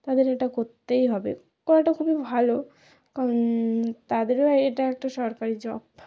তাদের এটা করতেই হবে করাটা খুবই ভালো কারণ তাদেরও এটা একটা সরকারি জব